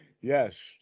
yes